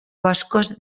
boscos